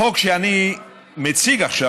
החוק שאני מציג עכשיו,